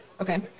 Okay